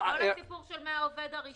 כל הסיפור של מהעובד הראשון.